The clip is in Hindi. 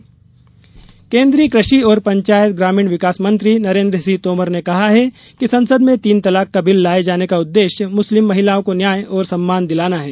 तोमर केन्द्रीय कृषि और पंचायत ग्रामीण विकास मंत्री नरेन्द्र सिंह तोमर ने कहा है कि संसद में तीन तलाक का बिल लाये जाने का उददेश्य मुस्लिम महिलाओं को न्याय और सम्मान दिलाना है